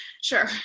sure